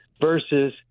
versus